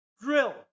drill